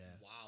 wow